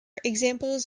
examples